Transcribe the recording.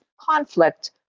conflict